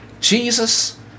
Jesus